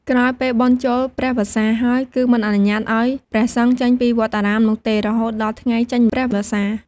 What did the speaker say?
ក្រោយពេលបុណ្យចូលព្រះវស្សាហើយ គឺមិនអនុញ្ញាតិឪ្យព្រះសង្ឃចេញពីវត្តអារាមនោះទេរហូតដល់ថ្ងៃចេញព្រះវស្សា ។